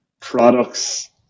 products